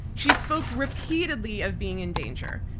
she spoke repeatedly of being in danger.